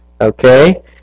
okay